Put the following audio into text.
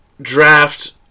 draft